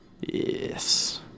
Yes